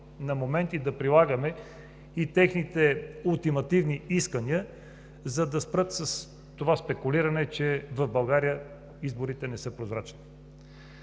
на моменти да прилагаме и техните ултимативни искания, за да спрат с това спекулиране, че в България изборите не са прозрачни.